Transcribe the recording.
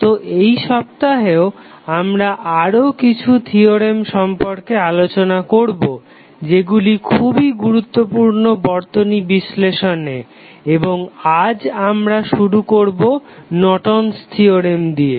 তো এই সপ্তাহেও আমরা আরও কিছু থিওরেম সম্পর্কে আলোচনা করবো যেগুলি খুবই গুরুত্বপূর্ণ বর্তনী বিশ্লেষণে এবং আজ আমরা শুরু করবো নর্টন'স থিওরেম Nortons Theorem দিয়ে